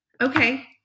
Okay